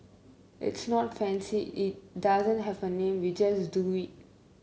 it's not fancy it doesn't have a name we just do it